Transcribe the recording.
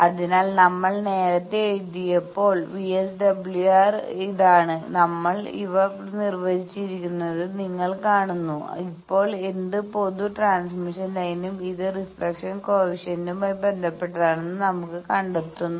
അതിനാൽ നമ്മൾ നേരത്തെ എഴുതിയപ്പോൾ വിഎസ്ഡബ്ല്യുആർ ഇതാണ് നമ്മൾ ഇവ നിർവചിച്ചിരിക്കുന്നത് നിങ്ങൾ കാണുന്നു ഇപ്പോൾ ഏത് പൊതു ട്രാൻസ്മിഷൻ ലൈനിലും ഇത് റിഫ്ലക്ഷൻ കോയെഫിഷ്യന്റ്മായി ബന്ധപ്പെട്ടതാണെന്ന് നമ്മൾ കണ്ടെത്തുന്നു